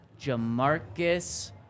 Jamarcus